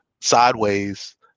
sideways